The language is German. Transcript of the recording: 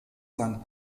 sein